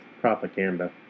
propaganda